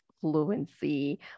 fluency